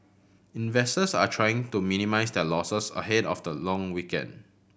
investors are trying to minimise their losses ahead of the long weekend